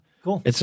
Cool